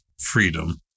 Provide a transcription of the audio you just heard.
freedom